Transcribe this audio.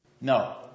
No